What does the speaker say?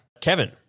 Kevin